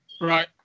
right